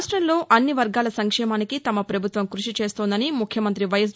రాష్టంలో అన్ని వర్గాల సంక్షేమానికి తమ ప్రభుత్వం కృషి చేస్తోందని ముఖ్యమంతి వైఎస్